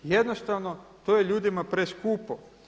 Jednostavno to je ljudima preskupo.